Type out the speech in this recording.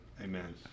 Amen